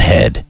Head